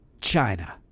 China